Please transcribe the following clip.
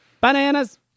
Bananas